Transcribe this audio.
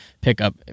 pickup